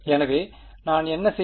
எனவே நான் என்ன செய்தேன்